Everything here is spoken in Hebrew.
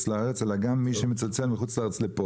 לארץ אלא גם מי שמצלצל לארץ מחוץ לארץ.